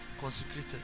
consecrated